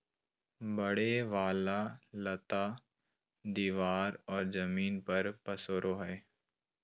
बढ़े वाला लता दीवार और जमीन पर पसरो हइ